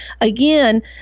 again